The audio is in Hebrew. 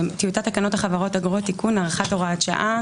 טיוטת תקנות החברות (אגרות) (תיקון) (הארכת הוראת שעה),